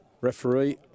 Referee